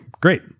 great